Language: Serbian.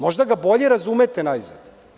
Možda ga bolje razumete, najzad.